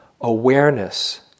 awareness